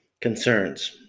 Concerns